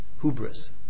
hubris